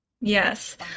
Yes